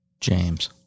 James